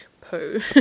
poo